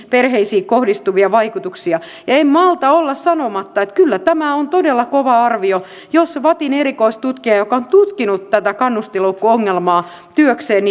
perheisiin kohdistuvia vaikutuksia en malta olla sanomatta että on kyllä todella kova arvio jos vattin erikoistutkija joka on tutkinut tätä kannustinloukkuongelmaa työkseen